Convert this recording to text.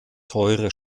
teure